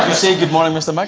say good morning, mr. mike,